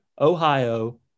Ohio